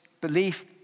belief